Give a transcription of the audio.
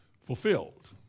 fulfilled